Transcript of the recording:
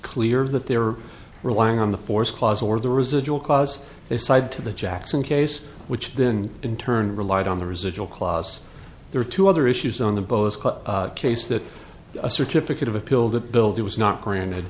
clear that they were relying on the force clause or the residual cause they side to the jackson case which then in turn relied on the residual clause there are two other issues on the boat case that a certificate of appeal that build it was not granted